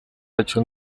yacu